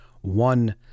one